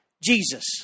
Jesus